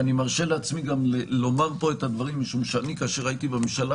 אני מרשה לעצמי לומר כאן את הדברים משום שכאשר הייתי בממשלה